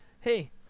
Hey